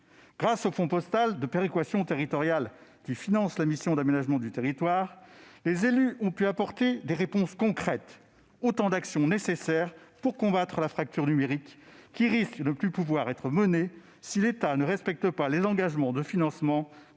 Grâce au fonds postal national de péréquation territoriale qui finance la mission d'aménagement du territoire, les élus ont pu apporter des réponses concrètes. Autant d'actions nécessaires pour combattre la fracture numérique qui risquent de ne plus pouvoir être menées, si l'État ne respecte pas les engagements de financement